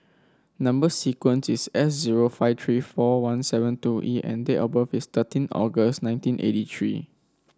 number sequence is S zero five three four one seven two E and date of birth is thirteen August nineteen eighty three